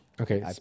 Okay